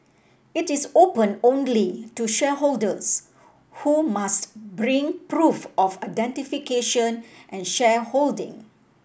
it is open only to shareholders who must bring proof of identification and shareholding